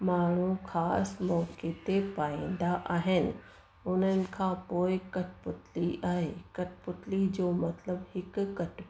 माण्हू ख़ासि मौक़े ते पाईंदा आहिनि उन्हनि खां पोइ कठपुतली आहे कठपुतली जो मतिलबु हिकु